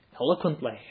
eloquently